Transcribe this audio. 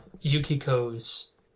yukiko's